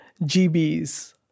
GBs